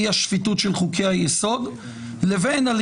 מהי